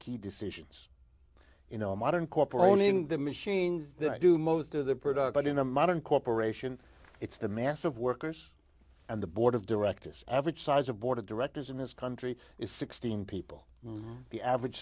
key decisions in a modern corporation in the machines that i do most of the production in a modern corporation it's the mass of workers and the board of directors average size of board of directors in this country is sixteen people the average